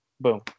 boom